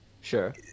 sure